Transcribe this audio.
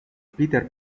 peter